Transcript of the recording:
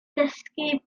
dysgu